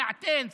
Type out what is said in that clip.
שעתיים,